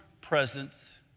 presence